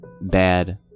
bad